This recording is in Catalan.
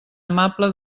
amable